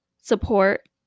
support